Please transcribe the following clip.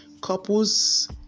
couples